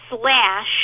slash